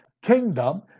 kingdom